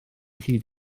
hyd